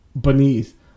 beneath